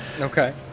Okay